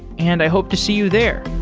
and i hope to see you there.